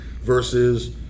versus